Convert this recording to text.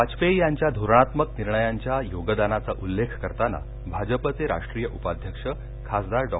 वाजपेयी यांच्या धोरणात्मक निर्णयांच्या योगदानाचा उल्लेख करताना भाजपचे राष्ट्रीय उपाध्यक्ष खासदार डॉ